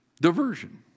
diversion